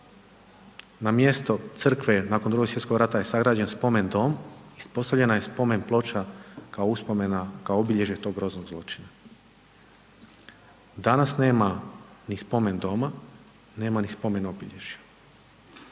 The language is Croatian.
na mjesto crkve je, nakon Drugog svjetskog rata je sagrađen spomen dom i ispostavljena je spomen ploča kao uspomena, kao obilježje tog groznog zločina. Danas nema ni spomen doma, nema ni spomen obilježja,